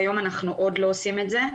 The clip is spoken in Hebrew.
כיום אנחנו עוד לא עושים את זה.